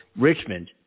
Richmond